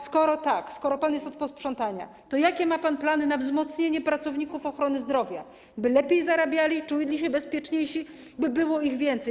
Skoro tak, skoro pan jest od posprzątania, to jakie ma pan plany na wzmocnienie pracowników ochrony zdrowia, by lepiej zarabiali, czuli się bezpieczniejsi, by było ich więcej?